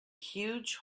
huge